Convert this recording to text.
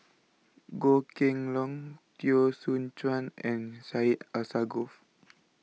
Goh Kheng Long Teo Soon Chuan and Syed Alsagoff